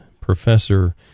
Professor